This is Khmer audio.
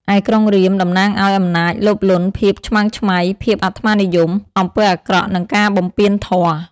ឯក្រុងរាពណ៍ តំណាងឱ្យ អំណាច លោភលន់ ភាពឆ្មើងឆ្មៃ ភាពអាត្មានិយម អំពើអាក្រក់ និងការបំពានធម៌ ។